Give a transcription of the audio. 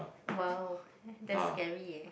!wow! that's scary eh